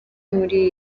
muri